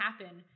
happen